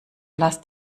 lasst